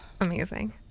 Amazing